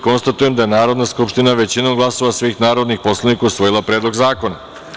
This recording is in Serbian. Konstatujem da je Narodna skupština, većinom glasova svih narodnih poslanika, usvojila Predlog zakona.